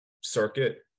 circuit